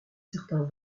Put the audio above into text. certains